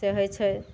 से होइ छै